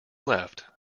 left